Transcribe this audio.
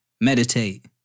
meditate